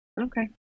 Okay